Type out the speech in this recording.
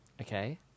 Okay